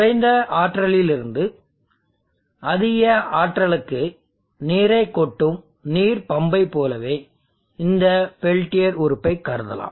குறைந்த ஆற்றலிலிருந்து அதிக ஆற்றலுக்கு நீரைக் கொட்டும் நீர் பம்ப்பை போலவே இந்த பெல்டியர் உறுப்பை கருதலாம்